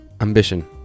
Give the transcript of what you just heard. Ambition